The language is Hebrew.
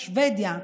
שבדיה,